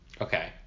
Okay